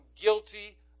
guilty